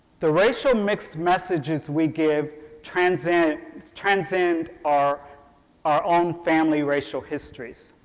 the racial mixed messages we give transcend transcend our our own family racial histories.